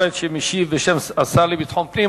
שמציג את הצעת החוק בשם השר לביטחון פנים.